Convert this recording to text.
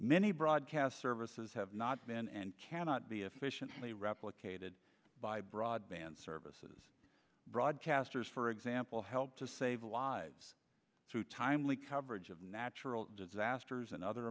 many broadcast services have not been and cannot be efficiently replicated by broadband services broadcasters for example help to save lives through timely coverage of natural disasters and other